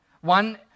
One